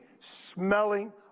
smelling